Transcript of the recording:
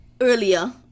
earlier